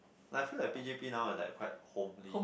I feel like P_G_P now is like quite homely